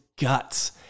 guts